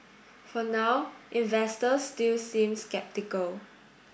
for now investors still seem sceptical